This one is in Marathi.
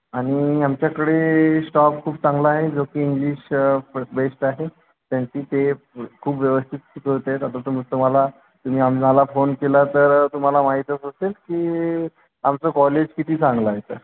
आणि आमच्याकडे स्टॉफ खूप चांगला आहे जो की इंग्लिश बेस्ट आहे त्यांची ते खूप व्यवस्थित शिकवतात आता तुम् तुम्हाला तुम्ही आम्हाला फोन केला तर तुम्हाला माहितच असेल की आमचं कॉलेज किती चांगलं आहे तर